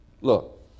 Look